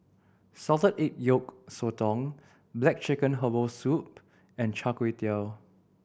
salted egg yolk sotong black chicken herbal soup and Char Kway Teow